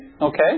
Okay